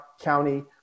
county